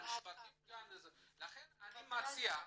לכן אני מציע,